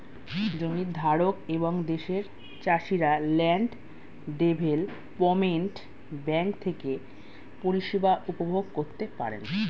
জমির ধারক এবং দেশের চাষিরা ল্যান্ড ডেভেলপমেন্ট ব্যাঙ্ক থেকে পরিষেবা উপভোগ করতে পারেন